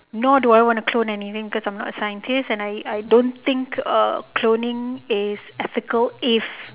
nor do I want to clone anything cause I'm not a scientist and I I don't think uh cloning is ethical if